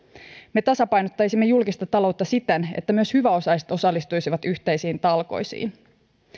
me tasapainottaisimme julkista taloutta siten että myös hyväosaiset osallistuisivat yhteisiin talkoisiin